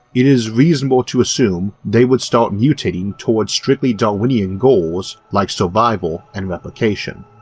it is reasonable to assume they would start mutating toward strictly darwinian goals like survival and replication.